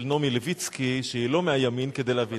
של נעמי לויצקי, שהיא לא מהימין, כדי להבין.